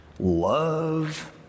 Love